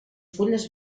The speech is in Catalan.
fulles